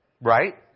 right